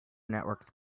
networks